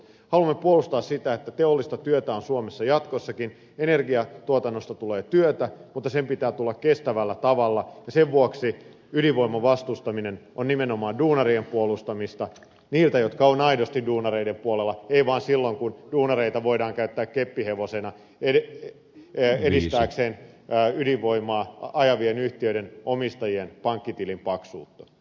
haluamme puolustaa sitä että teollista työtä on suomessa jatkossakin energiatuotannosta tulee työtä mutta sen pitää tulla kestävällä tavalla ja sen vuoksi ydinvoiman vastustaminen on nimenomaan duunarien puolustamista niiltä jotka ovat aidosti duunareiden puolella eivätkä vain silloin kun duunareita voidaan käyttää keppihevosena jotta edistetään ydinvoimaa ajavien yhtiöiden omistajien pankkitilin paksu